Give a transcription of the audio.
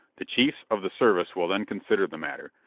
the chiefs of the service will then consider the matter,